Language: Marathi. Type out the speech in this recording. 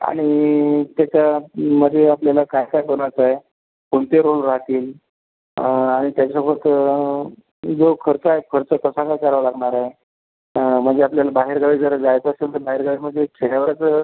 आणि त्याच्यामध्ये आपल्याला काय काय बनवायचं आहे कोणते रोल राहतील आणि त्याच्यासोबत जो खर्च आहे खर्च कसा काय करावा लागणार आहे म्हणजे आपल्याला बाहेरगावी जर जायचं असेल तर बाहेरगावी मग हे खेड्यावरचं